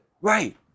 Right